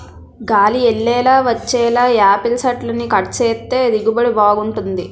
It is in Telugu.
గాలి యెల్లేలా వచ్చేలా యాపిల్ సెట్లని కట్ సేత్తే దిగుబడి బాగుంటది